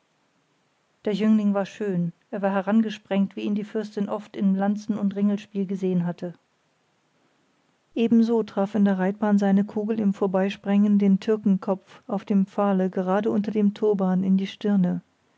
der jüngling war schön er war herangesprengt wie ihn die fürstin oft im lanzen und ringelspiel gesehen hatte ebenso traf in der reitbahn seine kugel im vorbeisprengen den türkenkopf auf dem pfahl gerade unter dem turban in die stirne